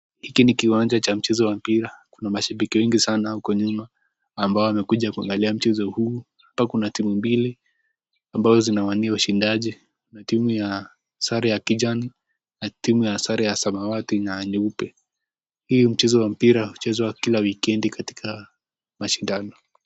Hiki ni kiwanja cha mchezo wa mpira, kuna mashabiki wengi sana huko nyuma amabo wamekuja kuangalia mchezo huu. Kuna timu mbili ambazo zina wania ushindaji na timu ya sare ya kijani, na timu ya sare ya samawati na nyeupe. Hii mchezo ya mpira huchezwa kila wikendi katika mashindano.